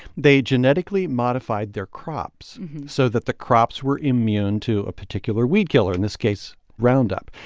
they genetically modified their crops so that the crops were immune to a particular weedkiller in this case, roundup.